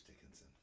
Dickinson